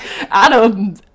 adam